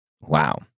Wow